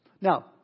Now